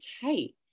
tight